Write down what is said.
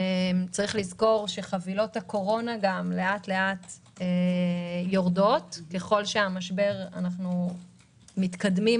צריך לזכור שחבילות הקורונה לאט-לאט יורדות ככל שאנחנו מתקדמים,